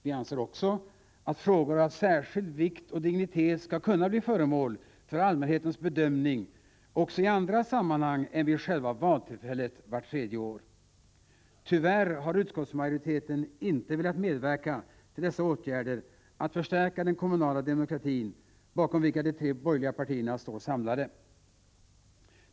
Vi anser också att frågor av särskild vikt och dignitet skall kunna bli föremål för allmänhetens bedömning även i andra sammanhang än vid själva valtillfället vart tredje år. Tyvärr har utskottsmajoriteten inte velat medverka till dessa åtgärder för att förstärka den kommunala demokratin, bakom vilka de tre borgerliga partierna står samlade.